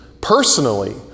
personally